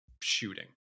shooting